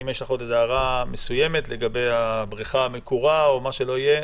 אם יש לך איזו הערה לגבי הבריכה המקורה או מה שלא יהיה,